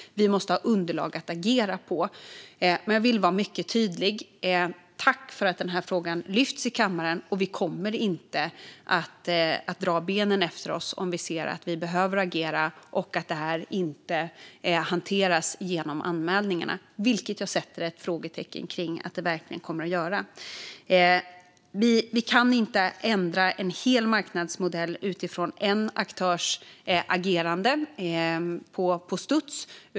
Vi måste ha underlag att agera på. Men jag vill vara mycket tydlig. Tack för att den här frågan lyfts i kammaren! Vi kommer inte att dra benen efter oss om vi ser att vi behöver agera och att detta inte hanteras genom anmälningarna, och jag sätter frågetecken för om det verkligen kommer att hanteras genom anmälningarna. Vi kan inte på studs ändra en hel marknadsmodell utifrån en aktörs agerande.